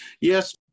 Yes